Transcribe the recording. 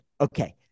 Okay